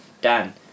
Dan